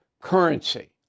currency